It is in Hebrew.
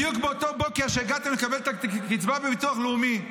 -- בדיוק באותו בוקר שהגעתם לקבל את הקצבה בביטוח לאומי,